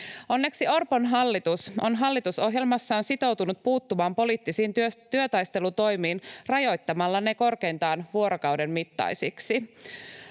Onneksi Orpon hallitus on hallitusohjelmassaan sitoutunut puuttumaan poliittisiin työtaistelutoimiin rajoittamalla ne korkeintaan vuorokauden mittaisiksi.